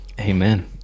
Amen